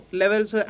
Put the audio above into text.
levels